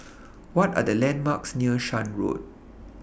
What Are The landmarks near Shan Road